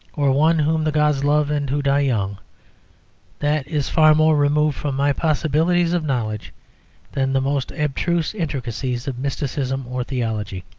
or one whom the gods love and who die young that is far more removed from my possibilities of knowledge than the most abstruse intricacies of mysticism or theology.